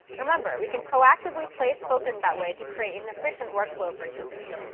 remember, we can proactively place focus that way to create an efficient workflow for users.